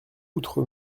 outre